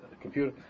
computer